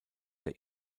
der